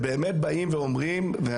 בשירות בתי